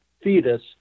fetus